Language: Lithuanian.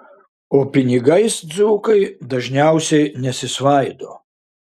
o pinigais dzūkai dažniausiai nesisvaido